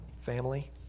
family